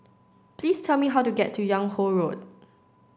please tell me how to get to Yung Ho Road